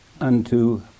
unto